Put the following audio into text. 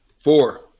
Four